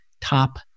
top